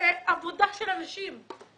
זאת עבודה של אנשים.